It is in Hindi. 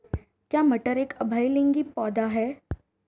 क्या मटर एक उभयलिंगी पौधा है?